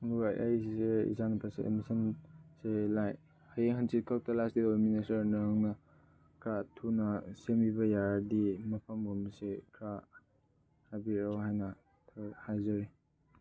ꯑꯗꯨꯒ ꯑꯩꯁꯦ ꯏꯆꯥꯅꯨꯄꯥꯁꯦ ꯑꯦꯠꯃꯤꯁꯟꯁꯦ ꯂꯥꯏꯛ ꯍꯌꯦꯡ ꯍꯪꯆꯤꯠ ꯈꯛꯇ ꯂꯥꯁ ꯗꯦ ꯑꯣꯏꯕꯅꯤꯅ ꯁꯥꯔ ꯅꯪꯅ ꯈꯔ ꯊꯨꯅ ꯁꯦꯝꯕꯤꯕ ꯌꯥꯔꯗꯤ ꯃꯐꯝꯒꯨꯝꯕꯁꯦ ꯈꯔ ꯍꯥꯏꯕꯤꯔꯛꯑꯣ ꯍꯥꯏꯅ ꯈꯔ ꯍꯥꯏꯖꯔꯤ